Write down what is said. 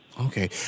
Okay